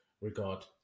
regard